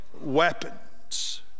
weapons